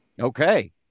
Okay